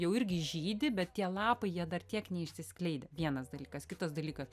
jau irgi žydi bet tie lapai jie dar tiek neišsiskleidę vienas dalykas kitas dalykas